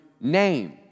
name